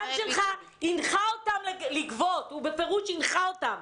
הוא בפירוש הנחה אותם.